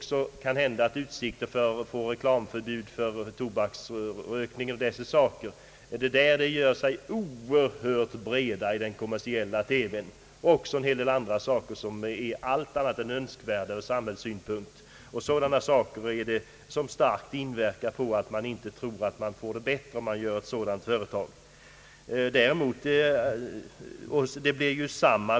Det finns kanske också utsikter att få förbud mot tobaksreklam m.m. Det är sådan reklam som brukar göra sig oerhört bred i kommersiell TV i likhet med viss annan reklam som är allt annat än önskvärd ur samhällssynpunkt. Allt detta medverkar till att det inte lär bli bättre med denna sorts TV-program.